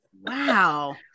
Wow